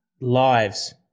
lives